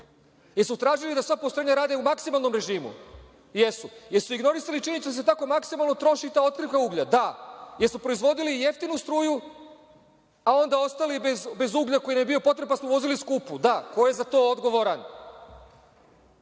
Jesu li tražili da sva postrojenja rade u maksimalnom režimu? Jesu. Jesu li ignorisali činjenicu da se tako maksimalno troši ta otkrivka uglja? Da. Jesu li proizvodili jeftinu struju, a onda ostali bez uglja koji nam je bio potreban pa smo uvozili skupu? Da. Ko je za to odgovoran? Koliko